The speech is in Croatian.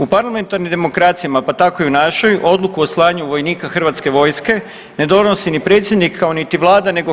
U parlamentarnim demokracijama, pa tako i u našoj, odluku o slanju vojnika Hrvatske vojske ne donosi ni predsjednik, kao niti Vlada nego HS.